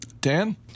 Dan